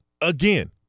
again